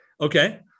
okay